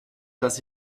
dass